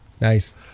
nice